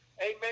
amen